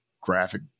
graphic